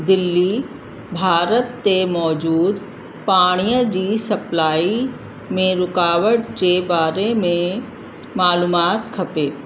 दिल्ली भारत ते मौजूदु पाणीअ जी सप्लाई में रुकावट जे बारे में मालूमात खपे